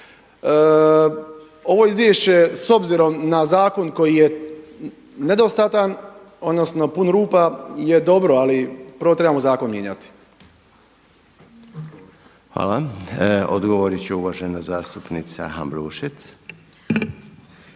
Ovo izvješće s obzirom na zakon koji je nedostatan odnosno pun rupa je dobro ali prvo trebamo zakon mijenjati. **Reiner, Željko (HDZ)** Hvala. Odgovoriti će uvažena zastupnica Ambrušec.